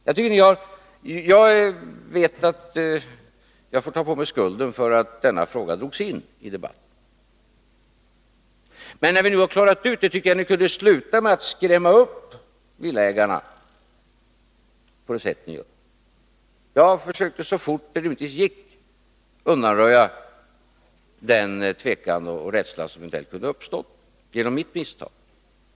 Jag vet att jag får ta på mig skulden för att denna fråga drogs in i debatten. Men när vi nu har klarat ut det tycker jag att ni kunde sluta med att skrämma upp villaägarna på det sätt ni gör. Jag försökte så fort det någonsin gick att undanröja den tvekan och rädsla som eventuellt kunde uppstå genom mitt misstag.